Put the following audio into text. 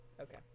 Okay